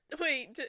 Wait